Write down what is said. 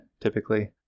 typically